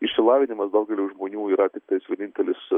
išsilavinimas daugeliui žmonių yra tiktais vienintelis